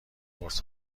قرص